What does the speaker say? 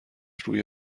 روی